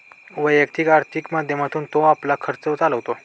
वैयक्तिक आर्थिक माध्यमातून तो आपला खर्च चालवतो